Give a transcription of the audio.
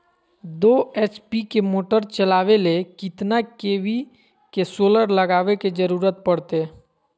दो एच.पी के मोटर चलावे ले कितना के.वी के सोलर लगावे के जरूरत पड़ते?